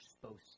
supposed